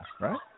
right